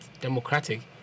democratic